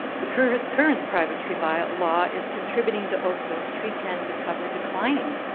the current current private tree by law is contributing to oakville's tree canopy cover declining.